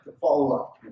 follow-up